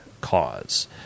cause